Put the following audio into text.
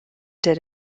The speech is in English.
did